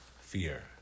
fear